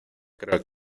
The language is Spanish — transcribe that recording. creo